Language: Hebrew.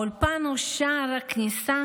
האולפן הוא שער הכניסה